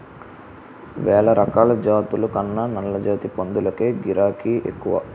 వేలరకాల జాతుల కన్నా నల్లజాతి పందులకే గిరాకే ఎక్కువ